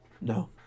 No